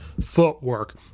footwork